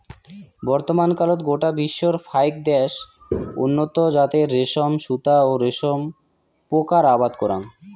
বর্তমানকালত গোটা বিশ্বর ফাইক দ্যাশ উন্নত জাতের রেশম সুতা ও রেশম পোকার আবাদ করাং